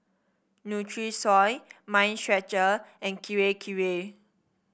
Nutrisoy Mind Stretcher and Kirei Kirei